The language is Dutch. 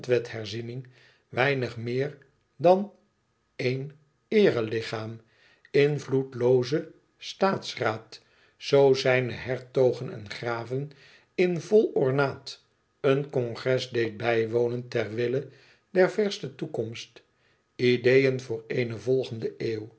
grondwetherziening weinig meer dan een eere lichaam invloedlooze staatsraad zoo zijne hertogen en graven in vol ornaat een congres deed bijwonen ter wille der vérste toekomst ideeën voor eene volgende eeuw